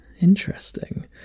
interesting